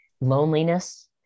loneliness